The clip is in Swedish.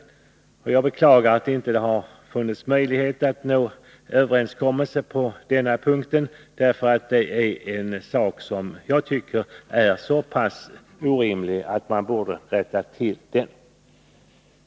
Jag beklagar att det inte varit möjligt att komma överens på denna punkt, eftersom detta är ett förslag som är så pass orimligt att man borde ha rättat till det.